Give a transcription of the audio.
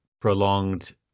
prolonged